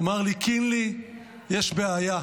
הוא אמר לי, קינלי, יש בעיה,